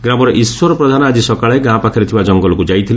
ଗ୍ରାମର ଇଶ୍ୱର ପ୍ରଧାନ ଆଜି ସକାଳେ ଗାଁ ପାଖରେ ଥିବା ଜଙ୍ଗଲକୁ ଯାଇଥିଲେ